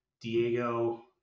Diego